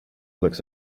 looks